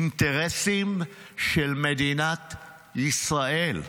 אינטרסים של מדינת ישראל.